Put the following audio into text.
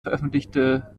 veröffentlichte